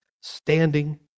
standing